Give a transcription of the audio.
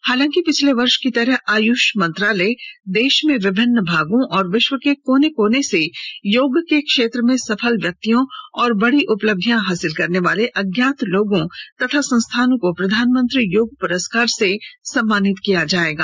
हालांकि पिछले वर्ष की तरह आयुष मंत्रालय देश के विभिन्न भागों और विश्व के कोने कोने से योग के क्षेत्र में सफल व्यक्तियों और बड़ी उपलब्धियां हासिल करने वाले अज्ञात लोगों तथा संस्थानों को प्रधानमंत्री योग पुरस्कार से सम्मानित किया जाएगा